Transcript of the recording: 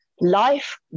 life